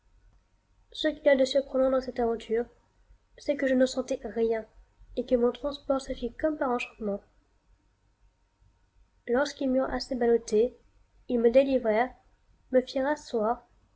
ce qu'il y a de surprenant dans cette aventure c'est que je ne sentais rien et que mon transport se fit comme par enchantement lorsqu'ils m'eurent assez baloté ils me délivrèrent me firent asseoir